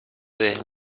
desde